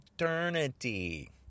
eternity